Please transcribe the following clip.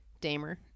Damer